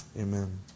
Amen